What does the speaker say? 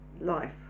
life